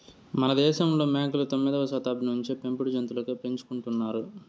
మనదేశంలో మేకలు తొమ్మిదవ శతాబ్దం నుంచే పెంపుడు జంతులుగా పెంచుకుంటున్నారు